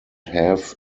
have